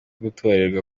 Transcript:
gutorerwa